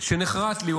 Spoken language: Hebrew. שנחרת לי.